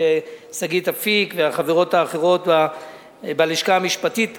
שגית אפיק והחברות האחרות בלשכה המשפטית.